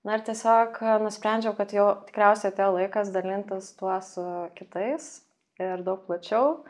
na ir tiesiog nusprendžiau kad jau tikriausiai atėjo laikas dalintis tuo su kitais ir daug plačiau